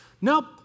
Nope